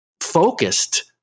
focused